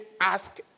ask